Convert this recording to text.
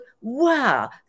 wow